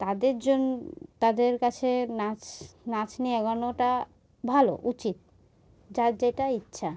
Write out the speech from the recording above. তাদের জন্য তাদের কাছে নাচ নাচ নিয়ে এগানোটা ভালো উচিত যার যেটা ইচ্ছা